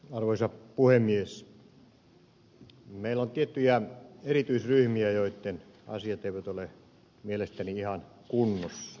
meillä on tiettyjä erityisryhmiä joitten asiat eivät ole mielestäni ihan kunnossa